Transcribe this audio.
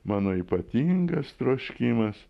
mano ypatingas troškimas